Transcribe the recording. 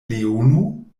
leono